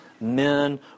men